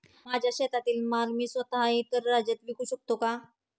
माझ्या शेतातील माल मी स्वत: इतर राज्यात विकू शकते का?